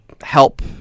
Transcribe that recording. help